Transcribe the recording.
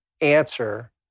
answer